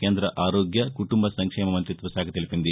కేంద్ర ఆరోగ్య కుటుంబ సంక్షేమ మంతిత్వకాఖ తెలిపింది